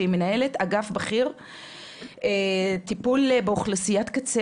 שהיא מנהלת אגף בכיר טיפול באוכלוסיית קצה